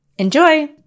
enjoy